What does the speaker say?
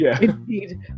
indeed